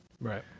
Right